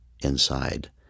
inside